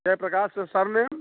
Jayaprakash surname